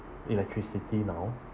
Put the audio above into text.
electricity now